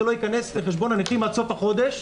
לא ייכנס לחשבון הנכים עד לסופו של החודש.